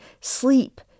sleep